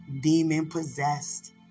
demon-possessed